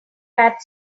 pat